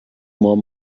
more